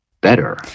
better